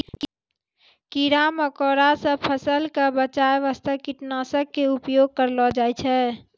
कीड़ा मकोड़ा सॅ फसल क बचाय वास्तॅ कीटनाशक के उपयोग करलो जाय छै